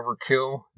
Overkill